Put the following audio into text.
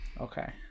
okay